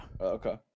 okay